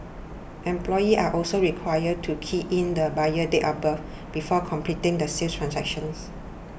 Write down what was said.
employees are also required to key in the buyer's date of birth before completing the sale transactions